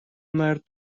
مرد